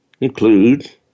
include